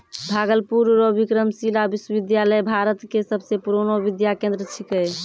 भागलपुर रो विक्रमशिला विश्वविद्यालय भारत के सबसे पुरानो विद्या केंद्र छिकै